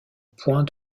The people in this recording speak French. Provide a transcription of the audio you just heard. points